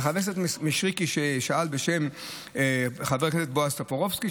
חבר הכנסת מישרקי שאל בשם חבר הכנסת בועז טופורובסקי,